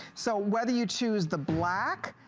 so whether you choose the block,